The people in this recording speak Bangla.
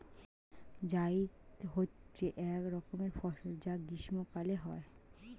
জায়িদ হচ্ছে এক রকমের ফসল যা গ্রীষ্মকালে হয়